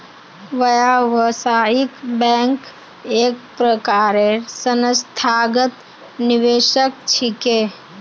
व्यावसायिक बैंक एक प्रकारेर संस्थागत निवेशक छिके